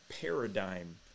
paradigm